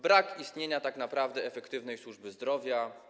Brak istnienia, tak naprawdę, efektywnej służby zdrowia.